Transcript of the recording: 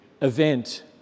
event